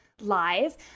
Live